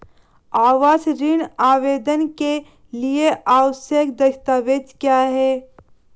आवास ऋण आवेदन के लिए आवश्यक दस्तावेज़ क्या हैं?